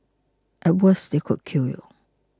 at worst they could kill you